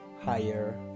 higher